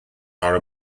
are